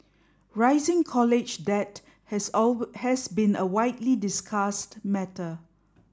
rising college debt has has been a widely discussed matter